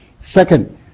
Second